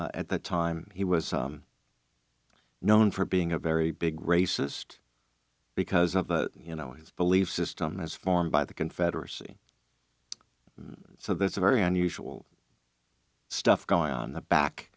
was at that time he was known for being a very big racist because of you know his belief system as formed by the confederacy so that's very unusual stuff going on the back